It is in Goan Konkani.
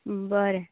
बरें